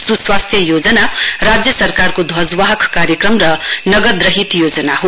सुस्वास्थ्य योजना राज्य सरकारको ध्वजवाहक कार्यक्रम र नगदरहित योजना हो